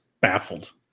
baffled